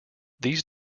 these